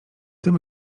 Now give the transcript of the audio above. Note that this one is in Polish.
tym